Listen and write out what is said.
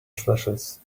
slashes